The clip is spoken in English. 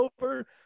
over